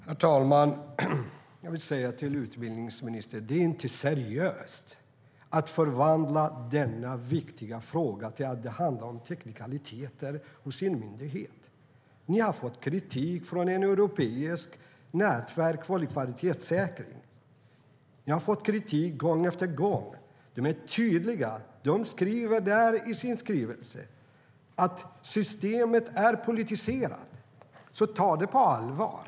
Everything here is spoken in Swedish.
Herr talman! Jag vill säga till utbildningsministern att det inte är seriöst att förvandla denna viktiga fråga till att det handlar om teknikaliteter hos en myndighet. Ni har fått kritik från ett europeiskt nätverk för kvalitetssäkring, och ni har fått kritik gång efter gång. De är tydliga. De skriver i sin skrivelse att systemet är politiserat. Ta det på allvar!